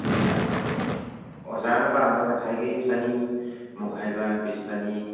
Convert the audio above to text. ꯑꯣꯖꯥꯅ ꯄꯥꯝꯕ ꯉꯁꯥꯏꯒꯤ ꯆꯅꯤꯃꯨꯛ ꯍꯥꯏꯕ ꯄꯤꯁ ꯆꯅꯤ